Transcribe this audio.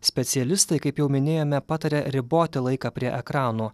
specialistai kaip jau minėjome pataria riboti laiką prie ekranų